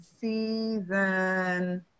season